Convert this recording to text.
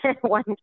one